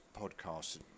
podcast